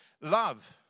love